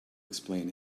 explain